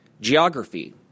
geography